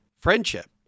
friendship